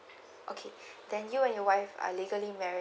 okay then you and your wife are legally married